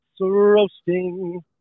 roasting